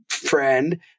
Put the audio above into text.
friend